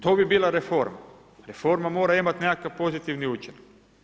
To bi bila reforma, reforma mora imati nekakav pozitivni učinak.